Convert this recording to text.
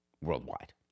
worldwide